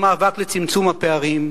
במאבק לצמצום הפערים.